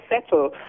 settle